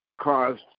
caused